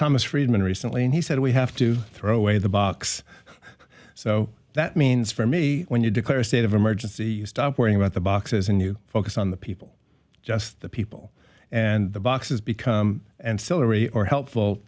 thomas friedman recently and he said we have to throw away the box so that means for me when you declare a state of emergency you stop worrying about the boxes and you focus on the people just the people and the boxes become and celery or helpful